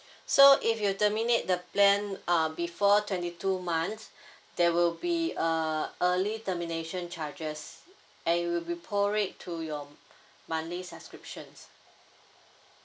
so if you terminate the plan uh before twenty two months there will be a early termination charges and will be prorate to your monthly subscriptions